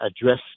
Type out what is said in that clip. address